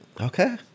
okay